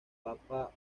papa